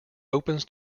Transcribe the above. opens